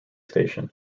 station